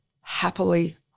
happily